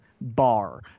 bar